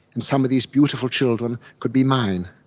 and some of these beautiful children could be mine.